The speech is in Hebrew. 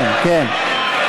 ה'